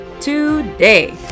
today